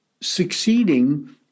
succeeding